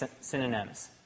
synonyms